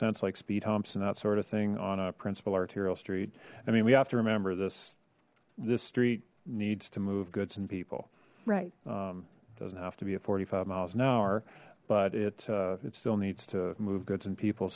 sense like speed humps and that sort of thing on a principle arterial street i mean we have to remember this this street needs to move goods and people right doesn't have to be a forty five miles an hour but it it still needs to move goods and people